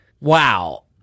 Wow